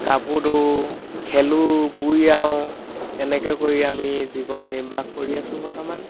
কাপোৰ ধোওঁ খেলোঁ বুৰিয়াওঁ এনেকে কৰি আমি জীৱন নিৰ্বাহ কৰি আছোঁ বৰ্তমান